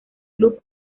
club